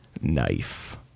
knife